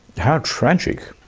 how tragic.